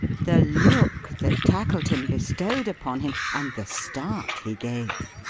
the look that tackleton bestowed upon him, and the start he gave!